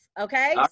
Okay